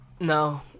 No